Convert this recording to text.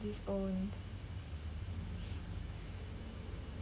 disowned